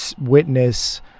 witness